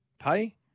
pay